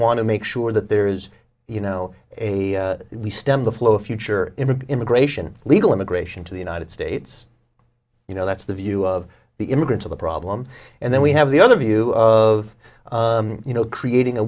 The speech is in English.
to make sure that there is you know a stem the flow of future immigration legal immigration to the united states you know that's the view of the immigrants of the problem and then we have the other view of you know creating a